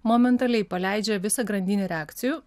momentaliai paleidžia visą grandinę reakcijų